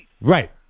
Right